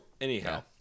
anyhow